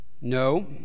no